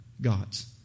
gods